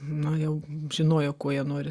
na jau žinojo kuo jie nori